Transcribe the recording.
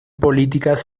políticas